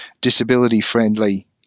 disability-friendly